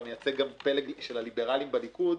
אתה מייצג גם פלג של הליברלים בליכוד.